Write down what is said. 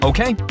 Okay